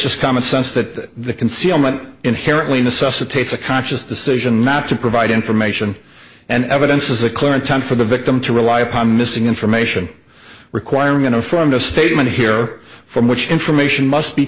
just common sense that the concealment inherently necessitates a conscious decision not to provide information and evidence is the current time for the victim to rely upon missing information requirement or from the statement here from which information must be